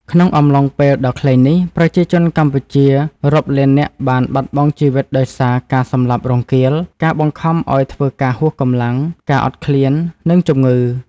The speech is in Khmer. ក្នុងអំឡុងពេលដ៏ខ្លីនេះ ប្រជាជនកម្ពុជារាប់លាននាក់បានបាត់បង់ជីវិតដោយសារការសម្លាប់រង្គាល ការបង្ខំឱ្យធ្វើការហួសកម្លាំង ការអត់ឃ្លាន និងជំងឺ។